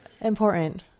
important